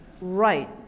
Right